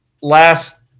last